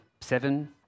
seven